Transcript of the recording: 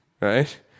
right